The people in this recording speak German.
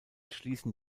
schließen